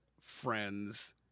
friends